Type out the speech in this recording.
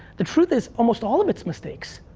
the truth is, almost all of it's mistakes.